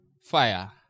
fire